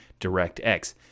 DirectX